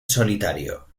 solitario